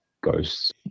ghosts